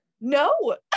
No